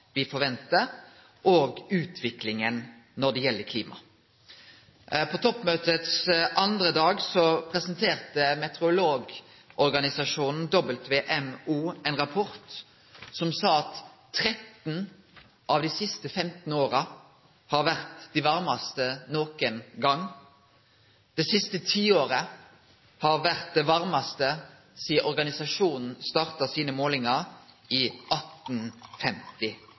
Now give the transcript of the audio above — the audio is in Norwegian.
forventar, og utviklinga når det gjeld klima. På toppmøtets andre dag presenterte meteorologorganisasjonen WMO ein rapport som sa at 13 av dei siste 15 åra har vore dei varmaste nokon gong. Det siste tiåret har vore det varmaste sidan organisasjonen starta målingane sine i 1850.